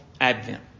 Advent